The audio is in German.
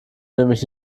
nämlich